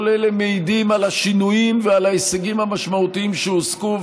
כל אלה מעידים על השינויים ועל ההישגים המשמעותיים שהושגו.